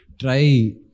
try